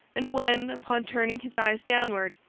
and when, upon turning his eyes downward,